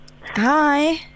Hi